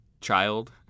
child